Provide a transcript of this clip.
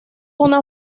una